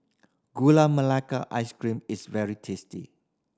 Gula Melaka Ice Cream is very tasty